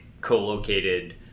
co-located